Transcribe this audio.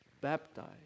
baptized